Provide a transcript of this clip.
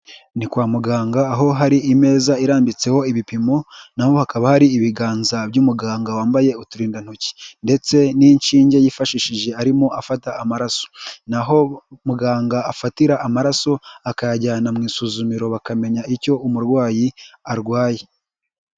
Ni kwa muganga, aho hari imeza irambitseho ibipimo, naho hakaba hari ibiganza by'umuganga wambaye uturindantoki ndetse n'inshinge yifashishije arimo afata amaraso, ni aho muganga afatira amaraso, akayajyana mu isuzumiro, bakamenya icyo umurwayi arwaye.